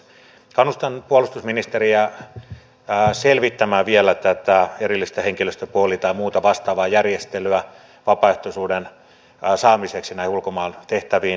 kannustan puolustusministeriä selvittämään vielä tätä erillistä henkilöstöpoolia tai muuta vastaavaa järjestelyä vapaaehtoisuuden saamiseksi ulkomaantehtäviin